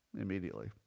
immediately